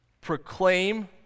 Proclaim